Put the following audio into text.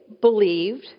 believed